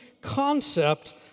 concept